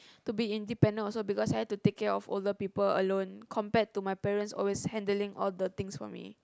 to be independent also because I have to take care of older people alone compared to my parents always handling all the things for me